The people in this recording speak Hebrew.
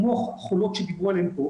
כמו החולות שדיברו עליהן פה,